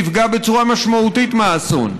נפגע בצורה משמעותית מהאסון,